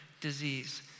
disease